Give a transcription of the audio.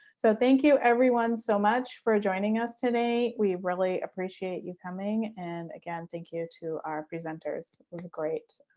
so thank you everyone so much for joining us today. we really appreciate you coming. and again, thank you to our presenters was great.